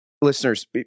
listeners